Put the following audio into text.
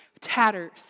tatters